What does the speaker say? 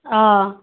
অঁ